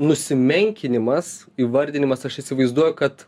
nusimenkinimas įvardinimas aš įsivaizduoju kad